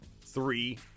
three